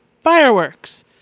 Fireworks